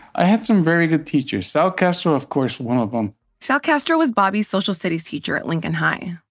i had some very good teachers sal castro, of course, one of them sal castro was bobby's social studies teacher at lincoln high.